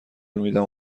میدم